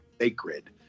Sacred